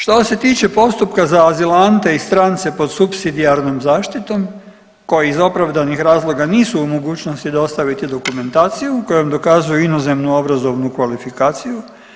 Što se tiče postupka za azilante i strance pod supsidijarnom zaštitom koje iz opravdanih razloga nisu u mogućnosti dostaviti dokumentaciju kojom dokazuju inozemnu obrazovnu kvalifikaciju.